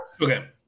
Okay